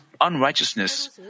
unrighteousness